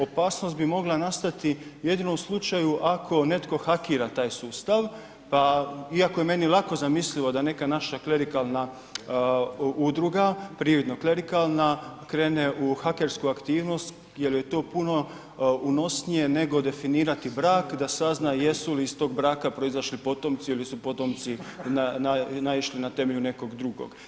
Opasnost bi mogla nastati jedino u slučaju ako netko hakira taj sustav, iako je meni lako zamislivo da neka naša klerikalna udruga, prividno klerikalna krene u hakersku aktivnost jer je to puno unosnije nego definirati brak da sazna jesu li iz tog braka proizašli potomci ili su potomci naišli na temelju nekog drugo.